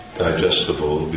digestible